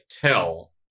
tell